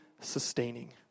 sustaining